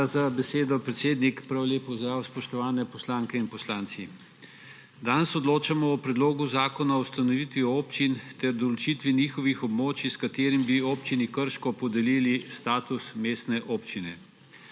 Hvala za besedo, predsednik. Prav lep pozdrav, spoštovani poslanke in poslanci! Danes odločamo o predlogu zakona o ustanovitvi občin ter določitvi njihovih območij, s katerim bi Občini Krško podelili status mestne občine.